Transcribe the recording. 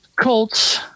Colts